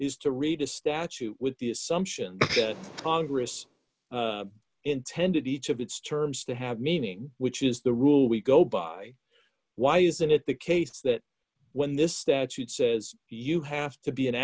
is to read a statute with the assumption that congress intended each of its terms to have meaning which is the rule we go by why isn't it the case that when this statute says you have to be an